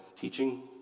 teaching